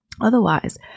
Otherwise